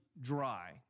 dry